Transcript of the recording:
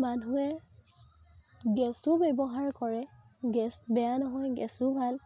মানুহে গেছো ব্যৱহাৰ কৰে গেছ বেয়া নহয় গেছো ভাল